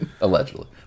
allegedly